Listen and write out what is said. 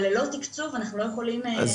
אבל ללא תיקצוב אנחנו לא יכולים לתת את המענה.